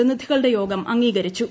C പ്രതിനിധികളുടെ യോഗം അംഗീകരിച്ചു